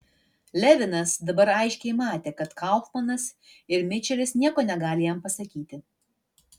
levinas dabar aiškiai matė kad kaufmanas ir mičelis nieko negali jam pasakyti